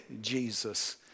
Jesus